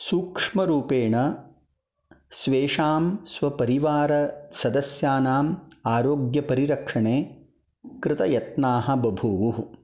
सूक्ष्मरूपेण स्वेषां स्वपरिवारसदस्यानाम् आरोग्यपरिरक्षणे कृतयत्नाः बभूवुः